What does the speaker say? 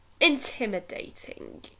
intimidating